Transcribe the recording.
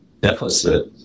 deficit